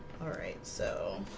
all right, so